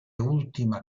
ultima